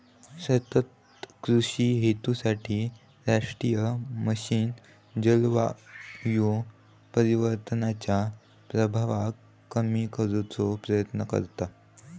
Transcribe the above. सतत कृषि हेतूसाठी राष्ट्रीय मिशन जलवायू परिवर्तनाच्या प्रभावाक कमी करुचो प्रयत्न करता